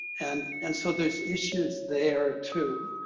and and so there's issues there, too.